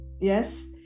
Yes